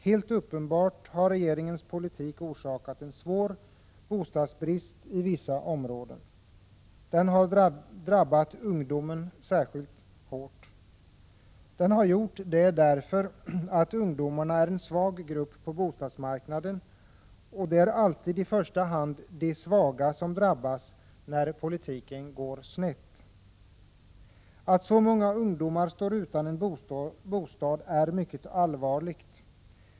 Helt uppenbart har regeringens politik orsakat en svår bostadsbrist i vissa områden. Den har drabbat ungdomen särskilt hårt. Den har gjort det därför att ungdomarna är en svag grupp på bostadsmarknaden, och det är alltid i första hand de svaga som drabbas när politiken går snett. Att så många ungdomar står utan en bostad är mycket allvarligt.